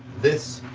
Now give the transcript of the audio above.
this